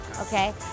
okay